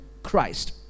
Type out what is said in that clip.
Christ